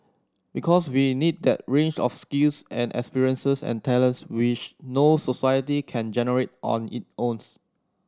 because we'll need that range of skills and experiences and talents which no society can generate on it owns